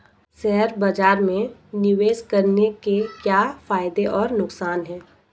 Share बाज़ार में निवेश करने के क्या फायदे और नुकसान हैं?